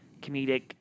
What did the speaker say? ...comedic